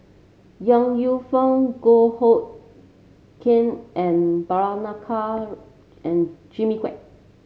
Yong Lew Foong Goh Hood Keng and Prabhakara and Jimmy Quek